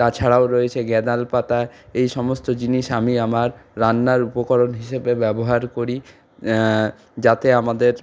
তাছাড়াও রয়েছে গ্যাঁদাল পাতা এই সমস্ত জিনিস আমি আমার রান্নার উপকরণ হিসেবে ব্যবহার করি যাতে আমাদের